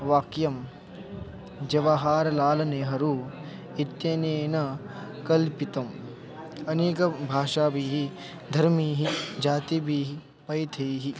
वाक्यं जवहारलालनेहरू इत्यनेन कल्पितम् अनेकभाषाभिः धर्मीः जातिभिः पन्थैः